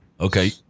Okay